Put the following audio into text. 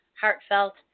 heartfelt